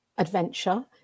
Adventure